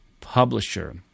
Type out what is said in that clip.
publisher